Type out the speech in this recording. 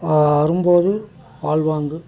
வரும்போது வாழ்வாங்கு